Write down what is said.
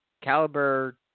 caliber